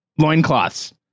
Loincloths